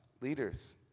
leaders